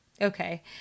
okay